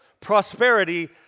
prosperity